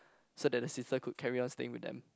so that the sister could carry on staying with them